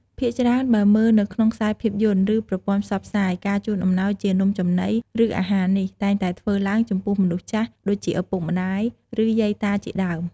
ភាគច្រើន បើមើលនៅក្នុងខ្សែភាពយន្ត ឬ ប្រព័ន្ធផ្សព្វផ្សាយ ការជូនអំណោយជានំចំណី ឬ អាហារនេះ តែងតែធ្វើឡើងចំពោះមនុស្សចាស់ ដូចជាឪពុកម្ដាយ ឬ យាយតា ជាដើម។